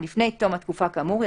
לפני תום התקופה כאמור,